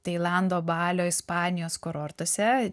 tailando balio ispanijos kurortuose